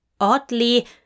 Oddly